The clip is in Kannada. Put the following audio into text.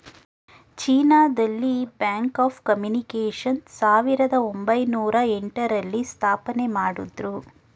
ಚೀನಾ ದಲ್ಲಿ ಬ್ಯಾಂಕ್ ಆಫ್ ಕಮ್ಯುನಿಕೇಷನ್ಸ್ ಸಾವಿರದ ಒಂಬೈನೊರ ಎಂಟ ರಲ್ಲಿ ಸ್ಥಾಪನೆಮಾಡುದ್ರು